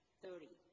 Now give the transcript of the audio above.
thirty